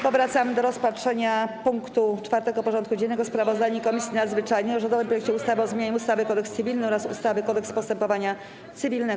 Powracamy do rozpatrzenia punktu 4. porządku dziennego: Sprawozdanie Komisji Nadzwyczajnej o rządowym projekcie ustawy o zmianie ustawy - Kodeks cywilny oraz ustawy - Kodeks postępowania cywilnego.